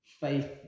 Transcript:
faith